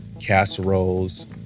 casseroles